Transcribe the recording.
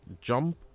jump